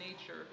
nature